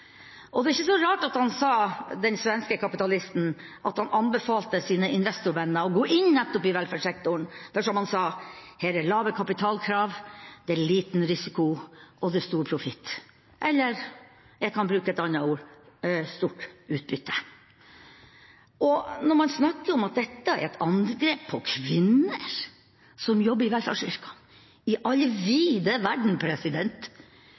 Det er ikke så rart at den svenske kapitalisten anbefalte sine investorvenner å gå inn nettopp i velferdssektoren, for som han sa: Her er lave kapitalkrav, det er liten risiko, og det er stor profitt. Eller jeg kan bruke et annet ord: stort utbytte. Og når man snakker om at dette er et angrep på kvinner som jobber i velferdsyrker: I all vide verden,